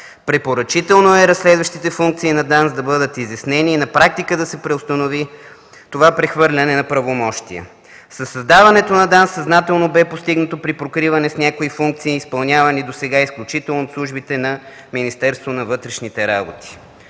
Препоръчително е разследващите функции на ДАНС да бъдат изяснени и на практика да се преустанови това прехвърляне на правомощия. Със създаването на ДАНС съзнателно бе постигнато припокриване с някои функции, изпълнявани досега изключително от службите на Министерството на вътрешните работи”.